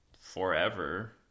forever